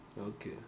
okay